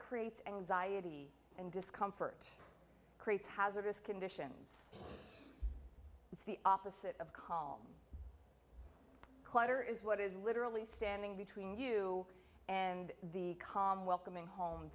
creates anxiety and discomfort creates hazardous conditions it's the opposite of calm clutter is what is literally standing between you and the calm welcoming home